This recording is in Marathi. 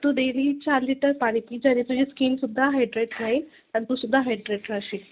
तू डेली चार लिटर पाणी पी आणि तुझी स्कीन सुद्धा हाड्रेट राहील आणि तू सुद्धा हाड्रेट राहशील